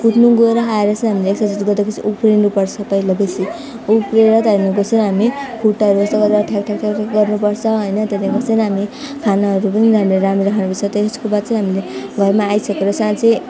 कुद्नु गएर आएर चाहिँ हामीले एक्सर्साइज गर्दाखेरि उफ्रिनु पर्छ पहिला बेसी उफ्रेर त्यहाँदेखि चाहिँ हामी खुट्टाहरू जस्तो गरेर ठ्याक ठ्याक ठ्याक गर्नु पर्छ होइन त्यहाँदेखि चाहिँ हामी खानाहरू पनि धेरै राम्रो खाने गर्छ त्यसको बाद चाहिँ हामीले घरमा आइसकेर साँच्चै